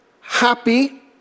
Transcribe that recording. happy